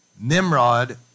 Nimrod